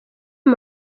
ayo